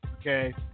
Okay